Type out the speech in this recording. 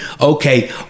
okay